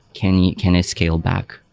can yeah can it scale back?